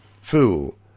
Fool